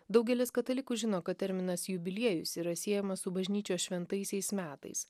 daugelis katalikų žino kad terminas jubiliejus yra siejamas su bažnyčios šventaisiais metais